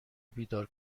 بیدار